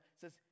says